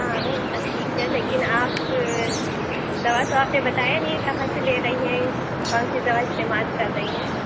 ہاں وہ سب ٹھیک ہے لیکن آپ دوا تو آپ نے بتایا نہیں کہاں سے لے رہی ہیں کون سی دوا استعمال کر رہی ہیں